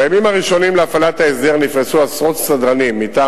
בימים הראשונים להפעלת ההסדר נפרסו עשרות סדרנים מטעם